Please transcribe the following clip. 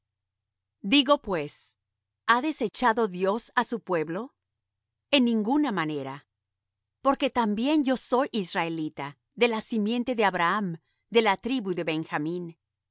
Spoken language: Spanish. digo pues ha desechado dios á su pueblo en ninguna manera porque también yo soy israelita de la simiente de abraham de la tribu de benjamín no